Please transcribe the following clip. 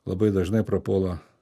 labai dažnai prapuola